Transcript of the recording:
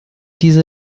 diese